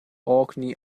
orkney